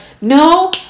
no